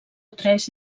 tres